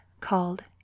called